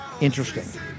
interesting